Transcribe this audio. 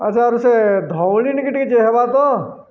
ଆଚ୍ଛା ଆରୁ ସେ ଧଉଳିନିକି ଟିକେ ଯାଇହେବା ତ